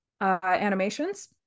animations